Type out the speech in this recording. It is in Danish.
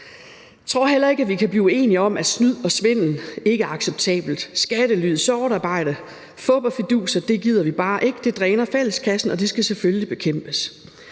Jeg tror heller ikke, at vi kan blive uenige om, at snyd og svindel ikke er acceptabelt. Skattely, sort arbejde og fup og fiduser gider vi bare ikke. Det dræner fælleskassen, og det skal selvfølgelig bekæmpes.